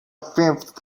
fifth